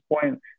point